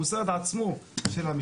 גם במסגרת תוכנית הקברניט ל